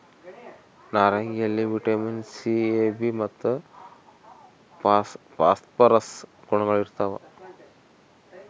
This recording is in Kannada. ನಾರಂಗಿಯಲ್ಲಿ ವಿಟಮಿನ್ ಸಿ ಎ ಬಿ ಮತ್ತು ಫಾಸ್ಫರಸ್ ಗುಣಗಳಿರ್ತಾವ